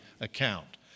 account